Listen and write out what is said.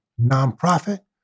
nonprofit